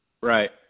Right